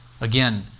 again